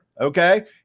okay